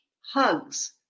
hugs